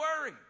worry